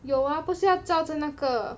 有啊不是要照着那个